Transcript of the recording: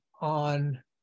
on